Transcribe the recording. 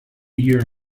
ear